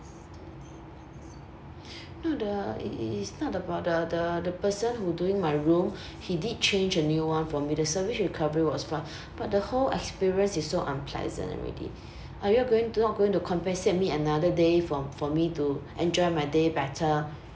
no the it it is not about the the the person who doing my room he did change a new one for me the service recovery was fine but the whole experience is so unpleasant already are you all going to not going to compensate me another day for for me to enjoy my day better